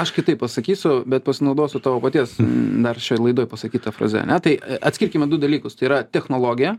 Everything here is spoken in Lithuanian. aš kitaip pasakysiu bet pasinaudosiu tavo paties dar šioj laidoj pasakyta fraze ane tai atskirkime du dalykus tai yra technologija